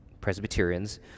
Presbyterians